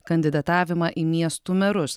kandidatavimą į miestų merus